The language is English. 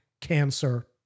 cancer